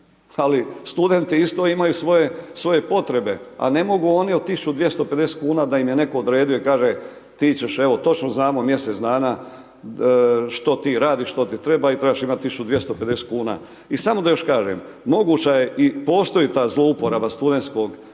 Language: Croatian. Ali studenti isto imaju svoje potrebe, a ne mogu oni od 1.250,00 kn da im je netko odrediti i kaže ti ćeš evo, točno znamo, mjesec dana, što ti radiš, što ti treba i trebaš imati 1.250,00 kn. I samo da još kažem, moguća je i postoji ta zlouporaba studenata,